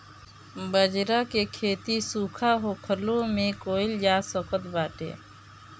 बजरा के खेती सुखा होखलो में कइल जा सकत बाटे